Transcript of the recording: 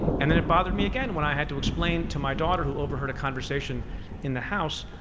and then it bothered me again when i had to explain to my daughter who overheard a conversation in the house,